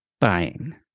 Buying